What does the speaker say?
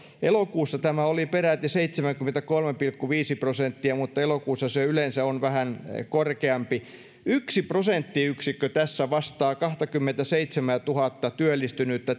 elokuussa tämä oli peräti seitsemänkymmentäkolme pilkku viisi prosenttia mutta elokuussa se yleensä on vähän korkeampi yksi prosenttiyksikkö tässä vastaa kaksikymmentäseitsemäntuhatta työllistynyttä